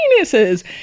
penises